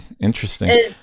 Interesting